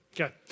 Okay